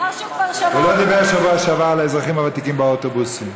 הוא לא דיבר בשבוע שעבר על האזרחים הוותיקים באוטובוסים.